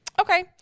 okay